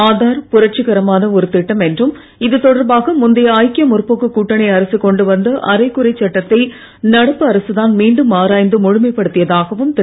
ஆதார் புரட்சிகரமான ஒரு திட்டம் என்றும் இதுதொடர்பாக முந்தைய ஐக்கிய முற்போக்கு கூட்டணி அரசு கொண்டுவந்த அரைகுறை சட்டத்தை நடப்பு அரசு தான் மீண்டும் ஆராய்ந்து முழுமைப்படுத்தியதாகவும் திரு